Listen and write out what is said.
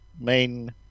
main